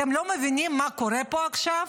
אתם לא מבינים מה קורה פה עכשיו?